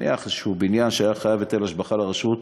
נניח זה איזשהו בניין שהיה חייב היטל השבחה לרשות,